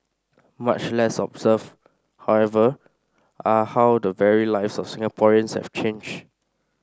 much less observed however are how the very lives of Singaporeans have changed